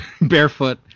barefoot